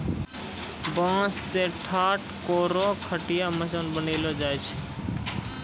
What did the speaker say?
बांस सें ठाट, कोरो, खटिया, मचान बनैलो जाय छै